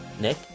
Nick